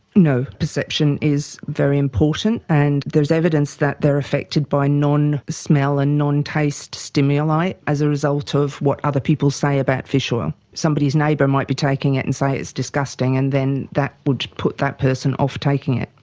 no, perception is very important and there's evidence that they are affected by non smell and non taste stimuli as a result of what other people say about fish oil. somebody's neighbour might be taking it and say it's disgusting and then that would put that person off taking it.